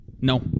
No